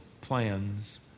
plans